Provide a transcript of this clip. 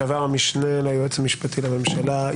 לשעבר המשנה ליועץ המשפטי לממשלה.